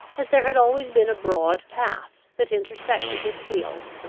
as there had always been a broad path, that intersected this field,